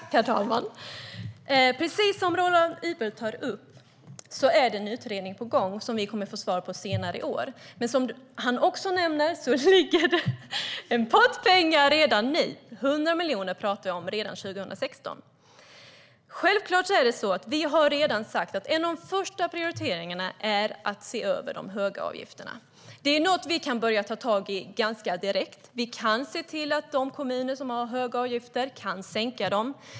Herr talman! Precis som Roland Utbult säger är det en utredning på gång som vi får svar från senare i år. Men som han också nämner finns det en pott pengar redan nu. Vi talar om 100 miljoner redan 2016. Självklart har vi redan sagt att en av de första prioriteringarna är att se över de höga avgifterna. Det är någonting som vi kan börja ta tag i ganska direkt. Vi kan se till att de kommuner som har höga avgifter kan sänka dem.